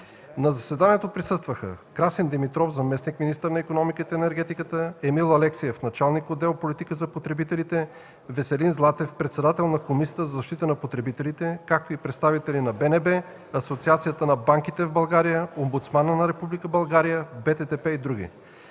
На заседанието присъстваха Красин Димитров – заместник-министър на икономиката и енергетиката, Емил Алексиев – началник на отдел „Политика за потребителите“, Веселин Златев – председател на Комисията за защита на потребителите, както и представители на БНБ, Асоциацията на банките в България, Омбудсмана на Република България, БТПП и други.